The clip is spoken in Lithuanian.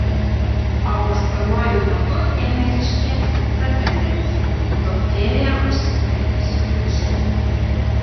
o pastaruoju metu ėmė ryškėti kita tendencija daugėja užsikrėtusiųjų živ